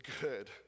good